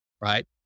right